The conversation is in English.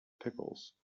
pickles